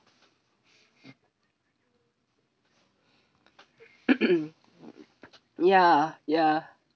ya ya